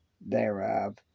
thereof